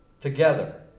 together